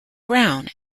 brown